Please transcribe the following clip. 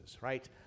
right